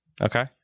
Okay